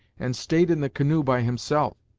and staid in the canoe by himself.